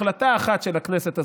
החלטה אחת של הכנסת,